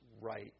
right